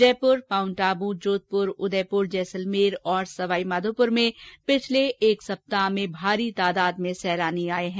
जयपुर माउंटआबू जोधपुर उदयपुर जैसलमेर और सवाईमाधोपुर में पिछले एक सप्ताह में भारी तादाद में सैलानी आए हैं